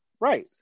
Right